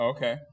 Okay